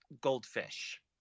goldfish